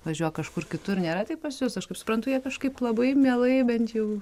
važiuok kažkur kitur nėra taip pas jus aš kaip suprantu jie kažkaip labai mielai bent jau